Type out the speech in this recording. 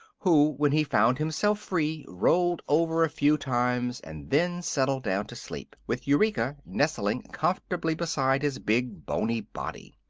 who, when he found himself free, rolled over a few times and then settled down to sleep, with eureka nestling comfortably beside his big, boney body.